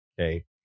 Okay